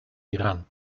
iran